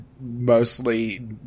mostly